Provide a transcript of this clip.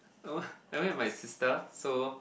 uh I met my sister so